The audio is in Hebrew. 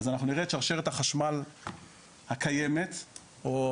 אז אנחנו נראה את שרשרת החשמל הקיימת או